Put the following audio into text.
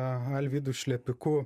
alvydu šlepiku